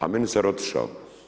A ministar otišao.